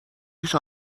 پیش